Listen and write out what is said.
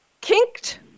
Kinked